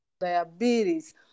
diabetes